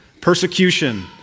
persecution